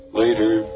later